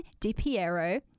DiPiero